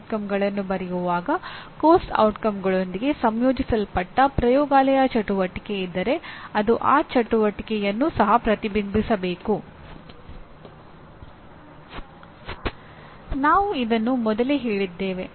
ಪಠ್ಯಕ್ರಮದಲ್ಲಿ ಪ್ರತಿ ಹಂತವನ್ನು ವಿವರವಾಗಿ ನೋಡೋಣ ಮತ್ತು ಪಠ್ಯಕ್ರಮವನ್ನು ವಿನ್ಯಾಸಗೊಳಿಸಲು ಪ್ರತಿ ಹಂತಕ್ಕೂ ಒಂದು ರೀತಿಯ ಮಾದರಿಯನ್ನು ಪ್ರಸ್ತುತಪಡಿಸಲು ನಾವು ಪ್ರಯತ್ನಿಸುತ್ತೇವೆ